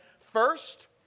First